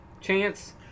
chance